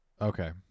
Okay